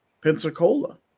Pensacola